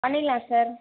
பண்ணிடலாம் சார்